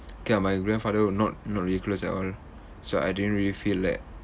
okay ah my grandfather we're not not really close at all so I didn't really feel like